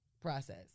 process